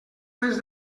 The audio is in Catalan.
res